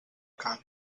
cant